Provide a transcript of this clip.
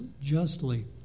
justly